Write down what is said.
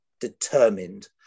determined